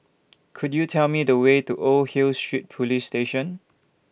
Could YOU Tell Me The Way to Old Hill Street Police Station